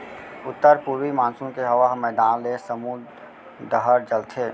उत्तर पूरवी मानसून के हवा ह मैदान ले समुंद डहर चलथे